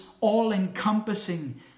all-encompassing